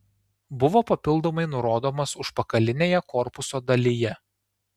buvo papildomai nurodomas užpakalinėje korpuso dalyje